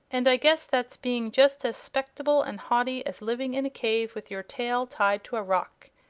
and i guess that's being just as spectable and haughty as living in a cave with your tail tied to a rock.